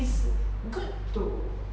is good too